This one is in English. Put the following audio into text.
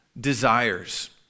desires